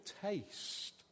taste